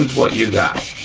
what you got.